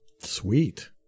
Sweet